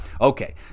Okay